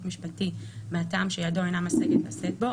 משפטי מהטעם שידו אינה משגת לשאת בו,